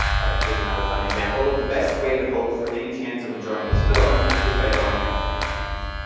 here's another fun example. the best way to hope for any chance of enjoying this film is by lowering your expectations.